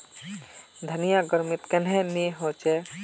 धनिया गर्मित कन्हे ने होचे?